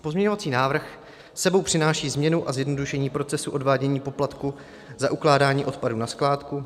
Pozměňovací návrh s sebou přináší změnu a zjednodušení procesu odvádění poplatku za ukládání odpadů na skládku.